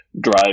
drive